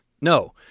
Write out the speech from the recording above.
No